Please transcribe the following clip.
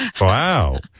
Wow